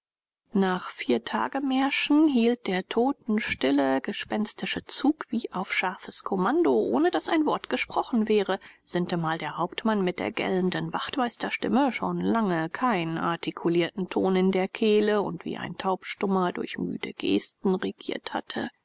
nach vier tagemärschen hielt der totenstille gespenstische zug wie auf scharfes kommando ohne daß ein wort gesprochen wäre sintemal der hauptmann mit der gellenden wachtmeisterstimme schon lange keinen artikulierten ton in der kehle und wie ein taubstummer durch müde gesten regiert hatte